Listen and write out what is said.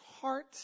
heart